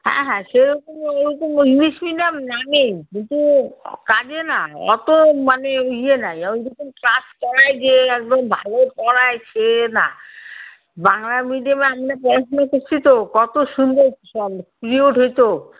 হ্যাঁ হ্যাঁ সেই রকম ওই রকম ইংলিশ মিডিয়াম নামেই কিন্তু কাজে নয় অতো মানে ইয়ে নাই ওই রকম ক্লাস করায় যে একদম ভালো পড়ায় সে না বাংলা মিডিয়ামে আমরা পড়াশুনো করছি তো কতো সুন্দর সব পিরিয়ড হতো